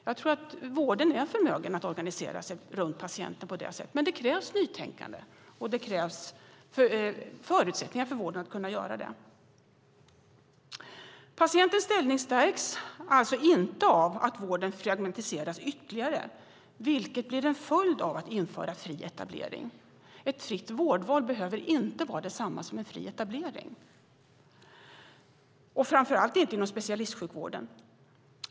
Jag tror att vården är förmögen att organisera sig runt patienten på det sättet, men det krävs nytänkande, och det krävs förutsättningar för vården att kunna göra det. Patientens ställning stärks alltså inte av att vården fragmentiseras ytterligare, vilket blir en följd av att införa fri etablering. Ett fritt vårdval behöver inte vara detsamma som en fri etablering, framför allt inte inom specialistsjukvården.